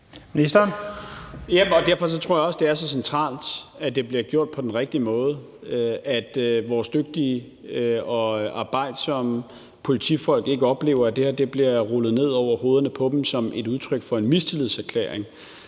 Derfor tror jeg også, at det er så centralt, at det bliver gjort på den rigtige måde, og at vores dygtige og arbejdsomme politifolk ikke oplever, at det her bliver trukket ned over hovederne på dem som et udtryk for en mistillidserklæring.